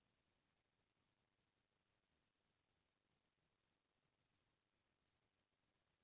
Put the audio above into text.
भारत म दू किसम के कुकरी पालन करे जाथे जेन हर अंडा देथे